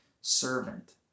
servant